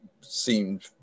seemed